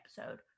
episode